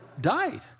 Died